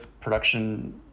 production